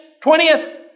twentieth